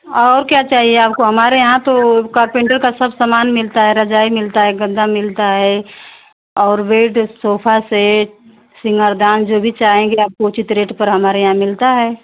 और क्या चाहिए आपको हमारे यहाँ तो कारपेंटर का सब समान मिलता है रजाई मिलता है गद्दा मिलता है और बेड सोफा सेट सिंगार दान जो भी चाहेंगे आपको उचित रेट पर हमारे यहाँ मिलता है